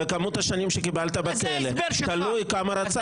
וכמות השנים שקיבלת בכלא תלוי כמה רצחת.